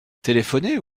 téléphoner